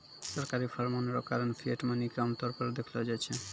सरकारी फरमान रो कारण फिएट मनी के आमतौर पर देखलो जाय छै